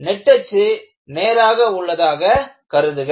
நெட்டச்சு நேராக உள்ளதாக கருதுக